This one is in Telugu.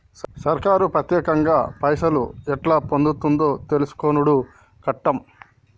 సర్కారు పత్యేకంగా పైసలు ఎట్లా పొందుతుందో తెలుసుకునుడు కట్టం